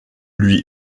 lui